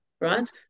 right